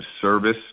service